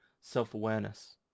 self-awareness